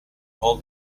all